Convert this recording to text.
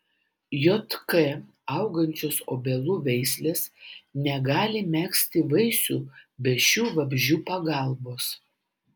jk augančios obelų veislės negali megzti vaisių be šių vabzdžių pagalbos